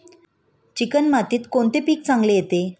Chicken मातीत कोणते पीक चांगले येते?